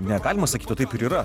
ne galima sakyt o taip ir yra